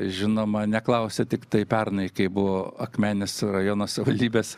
žinoma neklausia tiktai pernai kai buvo akmenės rajono savivaldybės